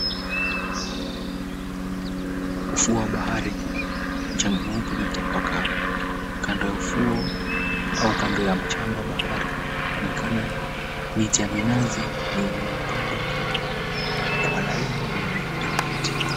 Ufuo wa bahari mchanga mweupe umetapakaa kando ya ufuo ama kando ya mchanga wa bahari kunaonekana miti ya minazi iliyopandwa kwa laini inayovutia.